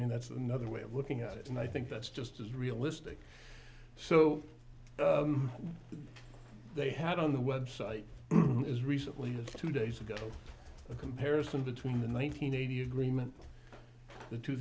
mean that's another way of looking at it and i think that's just as realistic so they had on the website is recently two days ago a comparison between the one nine hundred eighty agreement the two